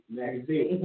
magazine